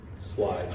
slide